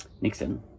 Nixon